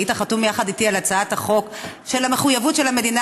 היית חתום יחד איתי על הצעת החוק של המחויבות של המדינה